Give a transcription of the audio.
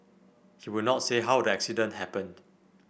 he would not say how the accident happened